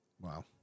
Wow